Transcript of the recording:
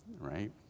Right